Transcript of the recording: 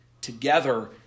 together